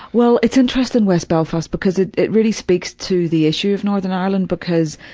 well, it's interesting, west belfast, because it it really speaks to the issue of northern ireland. because